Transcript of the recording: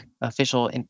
Official